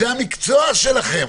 זה המקצוע שלכם.